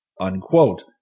unquote